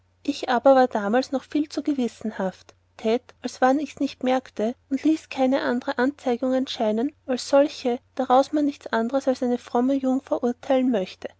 ich aber war damals noch viel zu gewissenhaft tät als wann ichs nicht merkte und ließ keine andere anzeigungen scheinen als solche daraus man nichts anders als eine fromme jungfer urteilen möchte